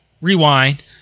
Rewind